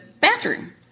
bathroom